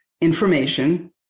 information